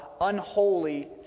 unholy